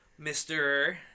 mr